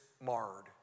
marred